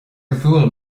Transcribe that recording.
bhuail